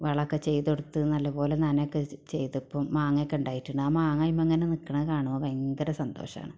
വളമൊക്കെ ചെയ്തു കൊടുത്ത് നല്ലത് പോലെ നനയ്ക്കുകയും ചെയ്തപ്പം മാങ്ങ ഒക്കെ ഉണ്ടായിട്ടുണ്ട് ആ മാങ്ങ അതിന്മേൽ ഇങ്ങനെ നിൽക്കുന്നത് കാണുമ്പോൾ ഭയങ്കര സന്തോഷമാണ്